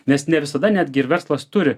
nes ne visada netgi ir verslas turi